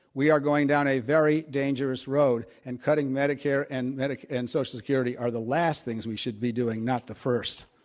we are going down a very dangerous road. and cutting medicare and medicare and social security are the last things we should be doing, not the first.